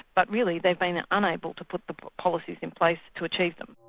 but really they've been unable to put the policies in place to achieve them.